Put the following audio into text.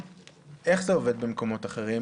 עובד במקומות אחרים?